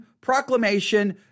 proclamation